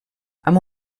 amb